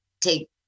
take